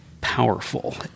powerful